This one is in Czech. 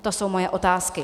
To jsou moje otázky.